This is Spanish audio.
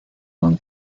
con